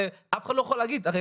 הרי אף אחד לא יכול להגיד,